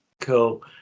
cool